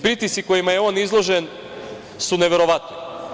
Pritisci kojima je on izložen su neverovatni.